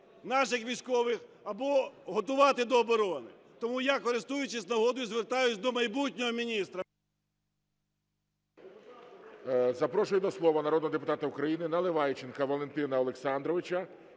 наших військових або готувати до оборони. Тому я, користуючись нагодою, звертаюсь до майбутнього міністра…